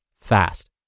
fast